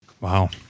Wow